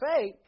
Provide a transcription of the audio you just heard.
fake